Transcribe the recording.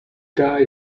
guy